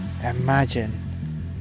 imagine